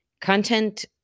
content-